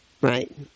Right